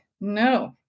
No